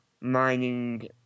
mining